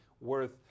worth